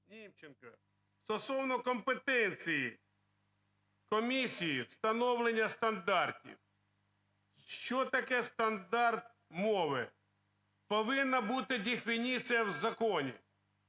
В.І. Стосовно компетенції комісії встановлення стандартів. Що таке стандарт мови? Повинна бути дефініція в законі.